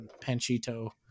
Panchito